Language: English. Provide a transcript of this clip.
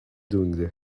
doing